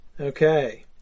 Okay